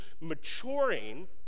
maturing